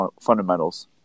fundamentals